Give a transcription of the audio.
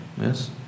yes